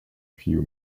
few